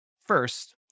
first